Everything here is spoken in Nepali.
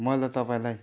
मैले त तपाईँलाई